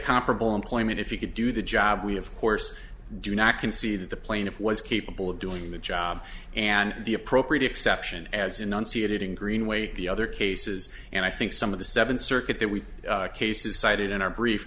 comparable employment if you could do the job we of course do not concede that the plaintiff was capable of doing the job and the appropriate exception as enunciated in greenway the other cases and i think some of the seven circuit that we cases cited in our brief